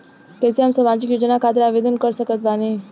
कैसे हम सामाजिक योजना खातिर आवेदन कर सकत बानी?